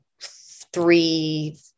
three